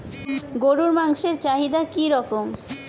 গরুর মাংসের চাহিদা কি রকম?